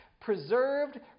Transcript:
preserved